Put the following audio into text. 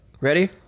Ready